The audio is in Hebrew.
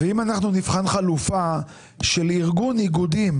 ואם אנחנו נבחן חלופה של ארגון ניגודים